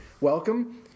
Welcome